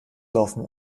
laufen